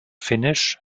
finnisch